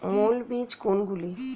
মৌল বীজ কোনগুলি?